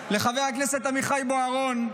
לחבר הכנסת אביחי בוארון,